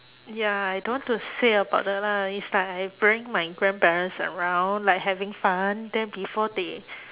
ya I don't want to say about the lah is like I bring my grandparents around like having fun then before they